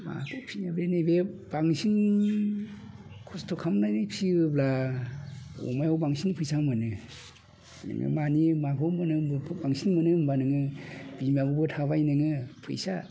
बांसिन खस्थ' खालामनानै फियोब्ला अमायाव बांसिन फैसा मोनो बांसिन मोनो होमबा नोङो बिमायावबो थाबाय नोङो फैसा